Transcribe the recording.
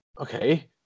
okay